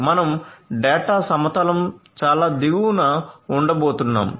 మనం డేటా సమతలం చాలా దిగువన ఉండబోతున్నాము